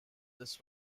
this